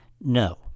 No